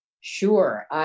Sure